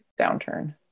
downturn